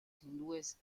hindúes